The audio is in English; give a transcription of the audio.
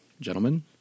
Gentlemen